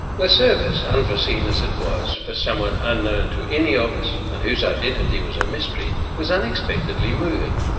the service, unforeseen as it was, for someone unknown to any of us and whose identity was a mystery, was unexpectedly moving.